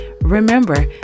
Remember